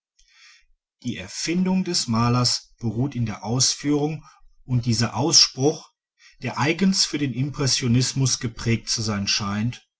die erfindung des malers beruht in der ausführung und dieser ausspruch der eigens für den impressionismus geprägt zu sein scheint